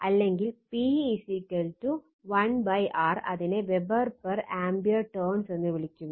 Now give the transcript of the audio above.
അല്ലെങ്കിൽ P 1 R അതിനെ weber per ampere turns എന്ന് വിളിക്കുന്നു